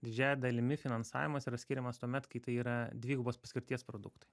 didžiąja dalimi finansavimas yra skiriamas tuomet kai tai yra dvigubos paskirties produktai